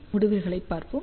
முடிவுகளைப் பார்ப்போம்